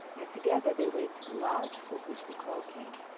and together they went to the lodge from which the call came.